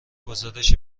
گزارش